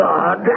God